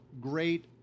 great